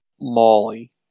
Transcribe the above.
Molly